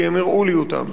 כי הם הראו לי אותם.